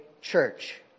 church